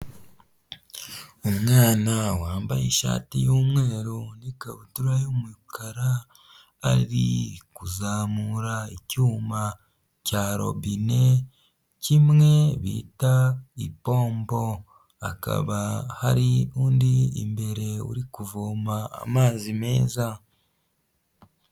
Umwana wambaye ishati y'umweru n'ikabutura y'umukara, ari kuzamura icyuma cya robine kimwe bita ipombo. Hakaba hari undi imbere uri kuvoma amazi meza.